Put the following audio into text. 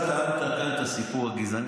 אתה טענת כאן את הסיפור הגזעני.